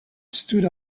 stood